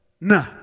Nah